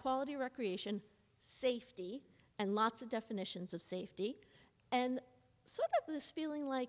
quality recreation safety and lots of definitions of safety and so this feeling like